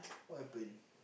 what happen